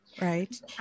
right